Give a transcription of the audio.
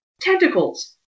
tentacles